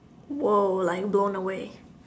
!wow! I'm blown away